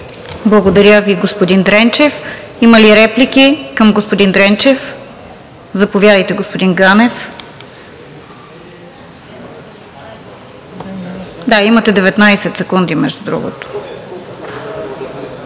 Благодаря Ви, господин Дренчев. Има ли реплики към господин Дренчев – заповядайте, господин Ганев. Имате 19 секунди, между другото,